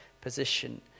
position